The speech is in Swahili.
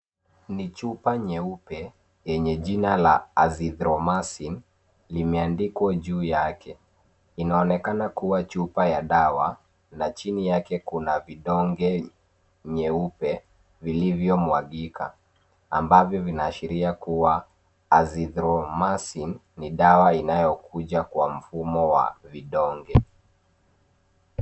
Ni chupa nyeupe yenye jina la Azithromycin, limeandikwa juu yake. Inaonekana kuwa chupa ya dawa, na chini yake kuna vidonge nyeupe vilivyo mwagika ambavyo vinaashiria kuwa Azithromycin, ni dawa inayokuja kwa mfumo wa vidonge.